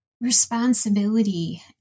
responsibility